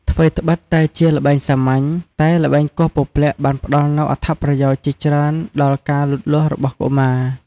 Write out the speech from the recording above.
ថ្វីត្បិតតែជាល្បែងសាមញ្ញ តែល្បែងគោះពព្លាក់បានផ្ដល់នូវអត្ថប្រយោជន៍ជាច្រើនដល់ការលូតលាស់របស់កុមារ។